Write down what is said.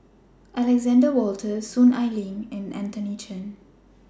Alexander Wolters Soon Ai Ling and Anthony Chen